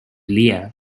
leah